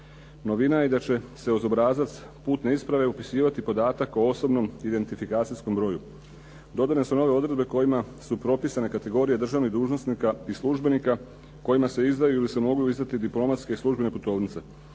Novina je da će se uz obrazac putne isprave upisivati podatak o osobnom identifikacijskom broju. Dodane su i nove odredbe kojima su propisane kategorije državnih dužnosnika i službenika kojima se izdaju ili se mogu izdati diplomatske i službene putovnice.